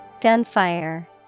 Gunfire